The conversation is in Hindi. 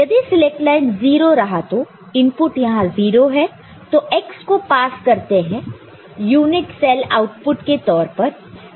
यदि सिलेक्ट लाइन 0 रहा तो इनपुट यहां 0 है तो x को पास करते हैं यूनिट सेल आउटपुट के तौर पर